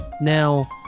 Now